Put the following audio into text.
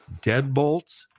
Deadbolts